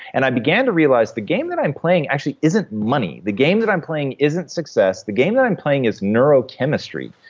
and i began to realize, the game that i'm playing actually isn't money the game that i'm playing isn't success. the game that i'm playing is neurochemistry.